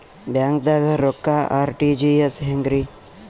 ಬ್ಯಾಂಕ್ದಾಗ ರೊಕ್ಕ ಆರ್.ಟಿ.ಜಿ.ಎಸ್ ಹೆಂಗ್ರಿ?